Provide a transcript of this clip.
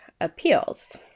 appeals